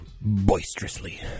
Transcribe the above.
Boisterously